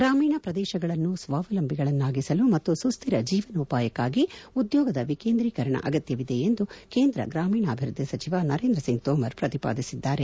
ಗ್ರಾಮೀಣ ಪ್ರದೇಶಗಳನ್ನು ಸ್ವಾವಲಂಬಿಗಳನ್ನಾಗಿಸಲು ಮತ್ತು ಸುಸ್ದಿರ ಜೀವನೋಪಾಯಕ್ಕಾಗಿ ಉದ್ಯೋಗದ ವೀಕೇಂದ್ರೀಕರಣ ಅಗತ್ಯವಿದೆ ಎಂದು ಕೇಂದ ಗ್ರಾಮೀಣಾ ಅಭಿವ್ವದ್ಲಿ ಸಚಿವ ನರೇಂದ ಸಿಂಗ್ ತೋಮರ್ ಪ್ರತಿಪಾದಿಸಿದ್ದಾರೆ